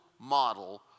model